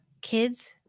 Kids